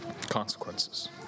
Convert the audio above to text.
Consequences